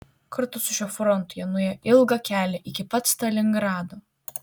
kartu su šiuo frontu jie nuėjo ilgą kelią iki pat stalingrado